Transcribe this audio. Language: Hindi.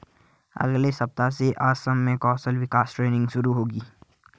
अगले सप्ताह से असम में कौशल विकास ट्रेनिंग शुरू होगी